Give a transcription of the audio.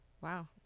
wow